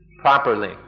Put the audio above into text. properly